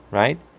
right